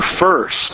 first